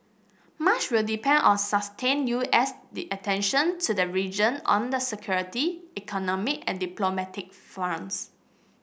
much will depend on sustained U S the attention to the region on the security economic and diplomatic fronts